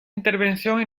intervención